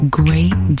great